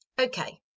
Okay